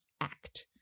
act